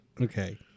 Okay